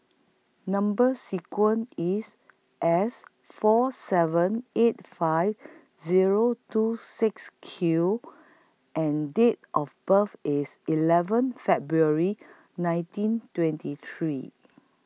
Number sequence IS S four seven eight five Zero two six Q and Date of birth IS eleven February nineteen twenty three